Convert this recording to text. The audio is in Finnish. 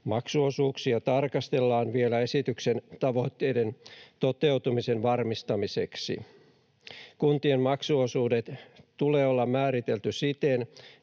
maksuosuuksia tarkastellaan vielä esityksen tavoitteiden toteutumisen varmistamiseksi. Kuntien maksuosuudet tulee määritellä siten,